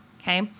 Okay